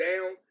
down